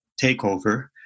takeover